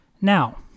Now